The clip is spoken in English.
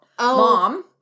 mom